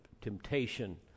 temptation